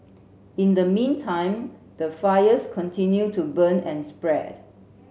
in the meantime the fires continue to burn and spread